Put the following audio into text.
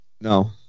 No